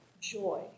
joy